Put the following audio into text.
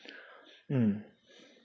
mm